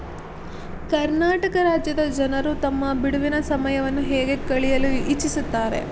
ಕರ್ನಾಟಕ ರಾಜ್ಯದ ಜನರು ತಮ್ಮ ಬಿಡುವಿನ ಸಮಯವನ್ನು ಹೇಗೆ ಕಳೆಯಲು ಇಚ್ಛಿಸುತ್ತಾರೆ